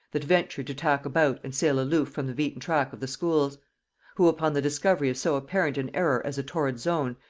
that ventured to tack about and sail aloof from the beaten track of the schools who, upon the discovery of so apparent an error as a torrid zone,